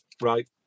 Right